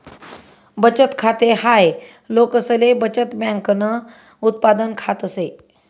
बचत खाते हाय लोकसले बचत बँकन उत्पादन खात से